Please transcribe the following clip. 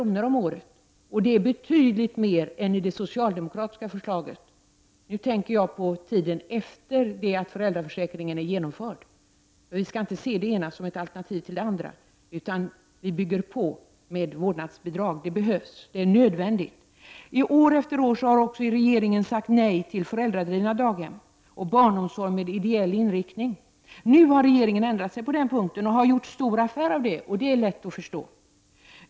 om året om han stannar hemma — det är betydligt mer än vad socialdemokraterna föreslår. Jag avser tiden efter det att den utbyggda föräldraförsäkringen genomförts. Vi skall inte se det ena som ett alternativ till det andra. Vi bygger på med vårdnadsbidrag — det behövs, det är nödvändigt! År efter år har regeringen också sagt nej till föräldradrivna daghem och barnomsorg med ideell inriktning. Nu har regeringen ändrat sig på den punkten och gjort stor affär av detta. Det är lätt att förstå.